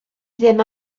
ddim